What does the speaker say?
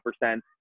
percent